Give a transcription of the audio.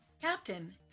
captain